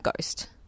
Ghost